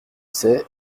sais